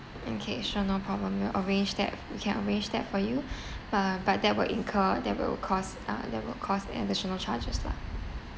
okay sure no problem we'll arrange that we can arrange that for you uh but that will incur that will cost uh that will cost additional charges lah